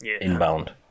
inbound